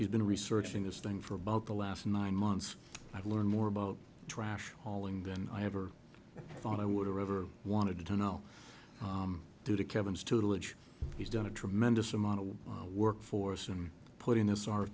you've been researching this thing for about the last nine months i've learned more about trash hauling than i ever thought i would have ever wanted to know due to kevin's total edge he's done a tremendous amount of work force and putting this r